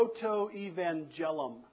Proto-Evangelum